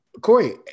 Corey